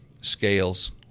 scales